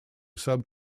sub